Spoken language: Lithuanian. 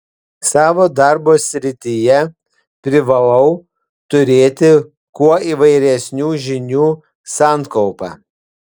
savo darbo srityje privalau turėti kuo įvairesnių žinių sankaupą